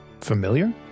Familiar